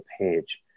page